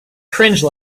cringe